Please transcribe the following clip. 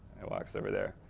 and walks over there.